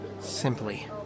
Simply